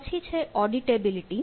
પછી છે ઓડિટેબિલિટી